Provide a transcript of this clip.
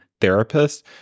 therapists